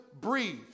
breathe